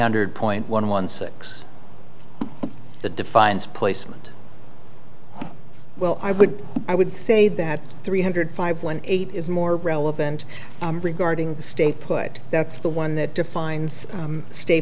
hundred point one one six the defiance placement well i would i would say that three hundred five one eight is more relevant regarding the stay put that's the one that defines stay